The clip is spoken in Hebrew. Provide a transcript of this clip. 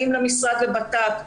האם למשרד לבט"פ.